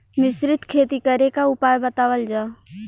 मिश्रित खेती करे क उपाय बतावल जा?